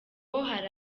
hari